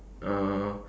uh